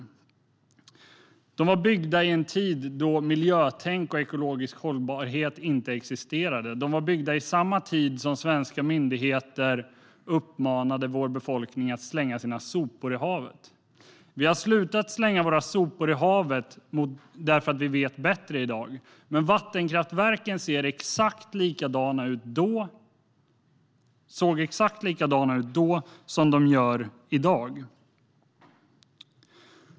Kraftverken byggdes i en tid då miljötänk och ekologisk hållbarhet inte existerade. De byggdes under samma tid som svenska myndigheter uppmanade vår befolkning att slänga sina sopor i havet. Vi har slutat att slänga våra sopor i havet därför att vi vet bättre i dag. Men vattenkraftverken såg exakt likadana ut då som de gör i dag.